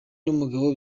n’umugabo